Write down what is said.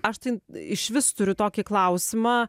aš tai išvis turiu tokį klausimą